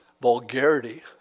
vulgarity